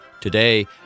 Today